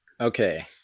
Okay